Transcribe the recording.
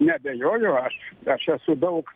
neabejoju aš aš esu daug